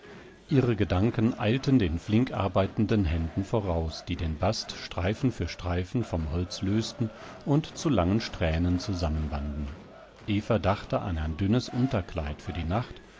ihre gedanken eilten den flink arbeitenden händen voraus die den bast streifen für streifen vom holz lösten und zu langen strähnen zusammenbanden eva dachte an ein dünnes unterkleid für die nacht